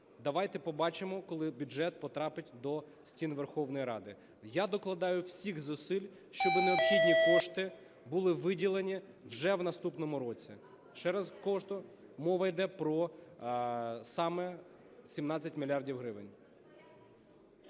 давайте побачимо, коли бюджет потрапить до стін Верховної Ради. Я докладаю всіх зусиль, щоб необхідні кошти були виділені вже в наступному році. Ще раз кажу, мова йде про саме 17 мільярдів